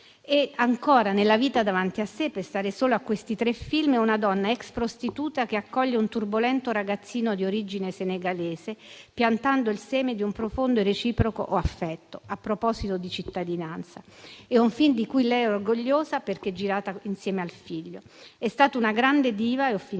Ancora, ne «La vita davanti a sé» - per stare solo a questi tre film - la Loren è una donna ex prostituta che accoglie un turbolento ragazzino di origine senegalese, piantando il seme di un profondo e reciproco affetto (a proposito di cittadinanza). È un film di cui lei è orgogliosa perché girato insieme al figlio. Sofia Loren è stata una grande diva ed ha